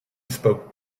spoke